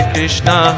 Krishna